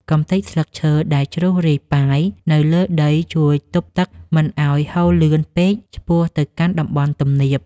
កម្ទេចស្លឹកឈើដែលជ្រុះរាយប៉ាយនៅលើដីជួយទប់ទឹកមិនឱ្យហូរលឿនពេកឆ្ពោះទៅកាន់តំបន់ទំនាប។